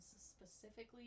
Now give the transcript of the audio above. specifically